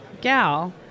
gal